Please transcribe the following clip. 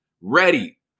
ready